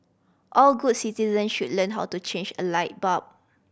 all good citizen should learn how to change a light bulb